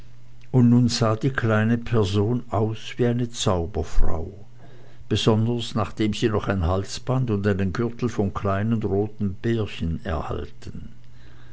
und nun sah die kleine person aus wie eine zauberfrau besonders nachdem sie noch ein halsband und einen gürtel von kleinen roten beerchen erhalten